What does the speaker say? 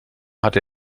hatte